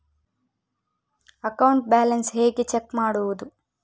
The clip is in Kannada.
ಅಕೌಂಟ್ ಬ್ಯಾಲೆನ್ಸ್ ಹೇಗೆ ಚೆಕ್ ಮಾಡುವುದು?